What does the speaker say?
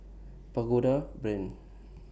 Pagoda Brand